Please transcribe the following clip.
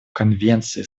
конвенции